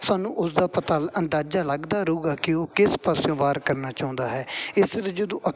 ਸਾਨੂੰ ਉਸ ਦਾ ਪਤਾ ਅੰਦਾਜ਼ਾ ਲੱਗਦਾ ਰਹੂਗਾ ਕਿ ਉਹ ਕਿਸ ਪਾਸਿਓਂ ਵਾਰ ਕਰਨਾ ਚਾਹੁੰਦਾ ਹੈ ਇਸ ਲਈ ਜਦੋਂ